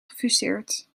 gefuseerd